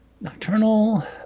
Nocturnal